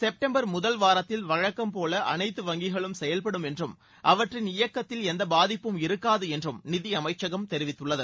September முதல் வாரத்தில் வழக்கம்போல அனைத்து வங்கிகளும் செயல்படும் என்றும் அவற்றின் இயக்கத்தில் எந்த பாதிப்பும் இருக்காது என்றும் நிதியமைச்சகம் தெரிவித்துள்ளது